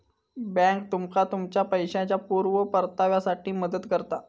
bank तुमका तुमच्या पैशाच्या पुर्ण परताव्यासाठी मदत करता